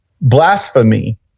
blasphemy